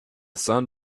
sun